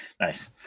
Nice